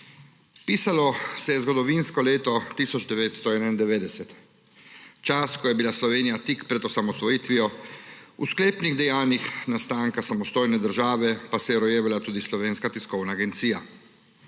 Pisalo se je zgodovinsko leto 1991, čas, ko je bila Slovenija tik pred osamosvojitvijo, v sklepnih dejanjih nastanka samostojne države pa se je rojevala tudi Slovenska tiskovna agencija.